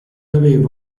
aveva